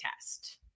test